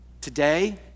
Today